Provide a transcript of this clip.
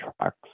tracks